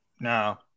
No